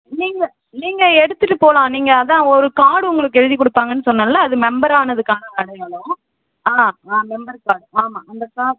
நீங்கள் நீங்கள் எடுத்துகிட்டு போகலாம் நீங்கள் அதான் ஒரு கார்டு உங்களுக்கு எழுதி கொடுப்பாங்கன்னு சொன்னேல்ல அது மெம்பர் ஆனதுக்கான அடையாளம் ஆ ஆ மெம்பர் கார்ட் ஆமாம் அந்த கார்ட்